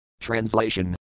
translation